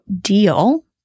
deal